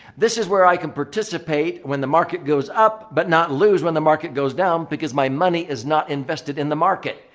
this is where i can participate when the market goes up but not lose when the market goes down because my money is not invested in the market.